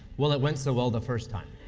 well, it went so well the first time.